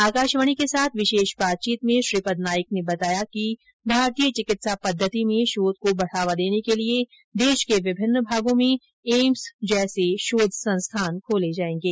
आकाशवाणी के साथ विशेष बातचीत में श्रीपद नाइक ने बताया कि भारतीय चिकित्सा पद्धति में शोध को बढावा देने के लिए देश के विभिन्न भागों में एम्स जैसे शोध संस्थान खोले जाएंगे